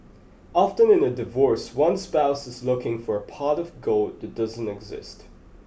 often in a divorce one spouse is looking for a pot of gold that doesn't exist